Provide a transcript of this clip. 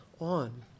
on